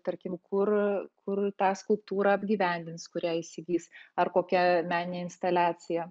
tarkim kur kur tą skulptūrą apgyvendins kurią įsigis ar kokia meninė instaliacija